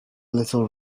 little